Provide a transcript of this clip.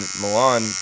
Milan